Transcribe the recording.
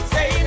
Say